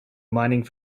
mining